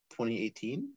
2018